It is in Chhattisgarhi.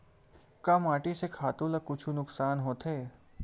का माटी से खातु ला कुछु नुकसान होथे?